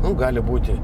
nu gali būti